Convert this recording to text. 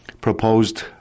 proposed